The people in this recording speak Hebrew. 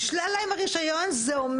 זה קרה לנו בלוד, נשלל להם הרישיון, וזה אומר,